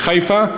בחיפה,